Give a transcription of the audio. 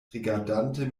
rigardante